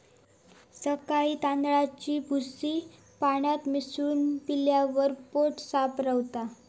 सकाळी तांदळाची भूसी पाण्यात मिसळून पिल्यावर पोट साफ रवता